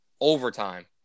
overtime